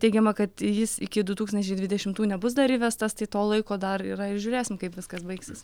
teigiama kad jis iki du tūkstančiai dvidešimų nebus dar įvestas tai to laiko dar yra ir žiūrėsim kaip viskas baigsis